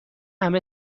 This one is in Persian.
همه